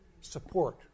support